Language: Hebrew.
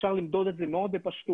אפשר למדוד את זה מאוד בפשטות,